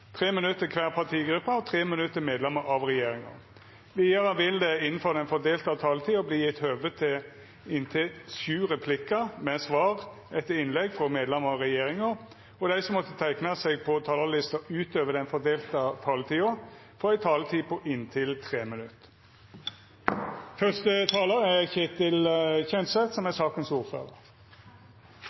minutt til kvar partigruppe og 3 minutt til medlemer av regjeringa. Vidare vil det – innanfor den fordelte taletida – verta gjeve høve til inntil sju replikkar med svar etter innlegg frå medlemer av regjeringa, og dei som måtte teikna seg på talarlista utover den fordelte taletida, får òg ei taletid på inntil 3 minutt.